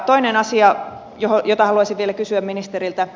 toinen asia jota haluaisin vielä kysyä ministeriltä